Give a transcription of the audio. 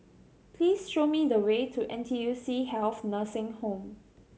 please show me the way to N T U C Health Nursing Home